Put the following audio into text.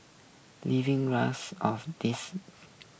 living of these